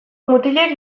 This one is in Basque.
mutilek